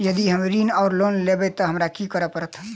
यदि हम ऋण वा लोन लेबै तऽ हमरा की करऽ पड़त?